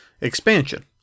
expansion